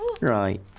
right